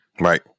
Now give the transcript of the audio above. Right